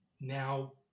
now